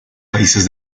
países